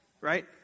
Right